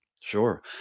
Sure